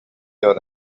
your